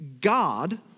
God